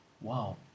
wow